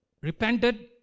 repented